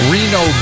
Reno